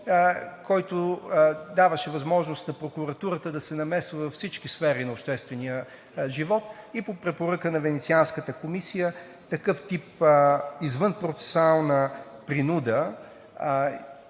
който даваше възможност на прокуратурата да се намесва във всички сфери на обществения живот, и по препоръка на Венецианската комисия такъв тип извънпроцесуална принуда